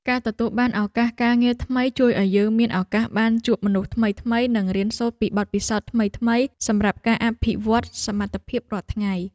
ការទទួលបានឱកាសការងារថ្មីជួយឱ្យយើងមានឱកាសបានជួបមនុស្សថ្មីៗនិងរៀនសូត្រពីបទពិសោធន៍ថ្មីៗសម្រាប់ការអភិវឌ្ឍសមត្ថភាពរាល់ថ្ងៃ។